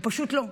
הוא פשוט לא,